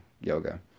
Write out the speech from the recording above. yoga